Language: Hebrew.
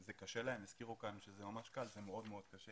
זה קשה, הזכירו כאן שזה ממש קל, זה מאוד-מאוד קשה